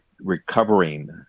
recovering